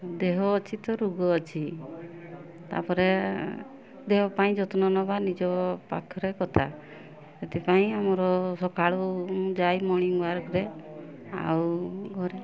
ଦେହ ଅଛି ତ ରୋଗ ଅଛି ତା'ପରେ ଦେହ ପାଇଁ ଯତ୍ନ ନେବା ନିଜ ପାଖରେ କଥା ଏଥିପାଇଁ ଆମର ସକାଳୁ ଯାଏ ମର୍ଣ୍ଣିଂ ୱାକ୍ରେ ଆଉ ଘରେ